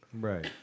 Right